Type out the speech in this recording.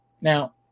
Now